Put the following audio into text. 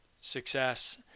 success